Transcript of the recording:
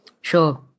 Sure